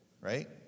right